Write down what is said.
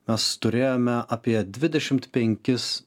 mes turėjome apie dvidešimt penkis